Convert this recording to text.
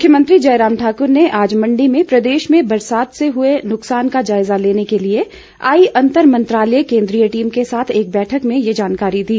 मुख्यमंत्री जयराम ठाकुर ने आज मण्डी में प्रदेश में बरसात से हुए नुकसान का जायजा लेने के लिए आई अंतर मंत्रालय केन्द्रीय टीम के साथ एक बैठक में ये जानकारी दी